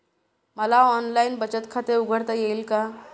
मला ऑनलाइन बचत खाते उघडता येईल का?